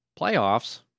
Playoffs